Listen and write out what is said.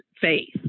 faith